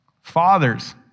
Fathers